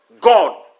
God